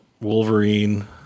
Wolverine